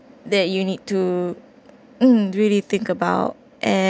that you need to uh really think about and